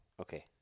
Okay